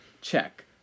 Check